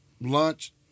lunch